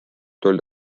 tol